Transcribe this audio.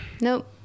Nope